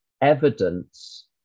evidence